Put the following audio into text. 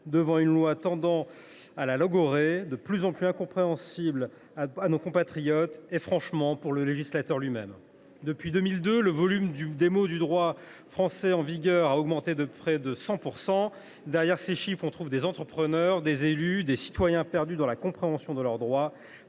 devant une loi tendant à la logorrhée, de plus en plus incompréhensible pour nos compatriotes et, pour le dire franchement, pour le législateur lui même. Depuis 2002, le volume de mots du droit français en vigueur a augmenté de près de 100 %. Derrière ces chiffres, on trouve des entrepreneurs, des élus et des citoyens perdus dans la compréhension de leurs droits.